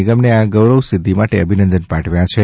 નિગમને આ ગૌરવ સિદ્ધિ માટે અભિનંદન પાઠવ્યા છે